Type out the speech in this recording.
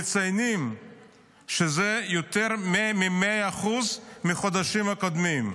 מציינים שזה 100% יותר מהחודשים הקודמים.